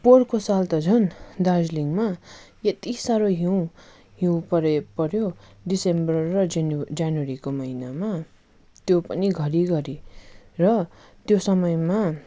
पोहोरको साल त झन् दार्जिलिङमा यति साह्रो हिउँ हिउँ पऱ्यो पऱ्यो डिसम्बर र जनवरी जनवरीको महिनामा त्यो पनि घरि घरि र त्यो समयमा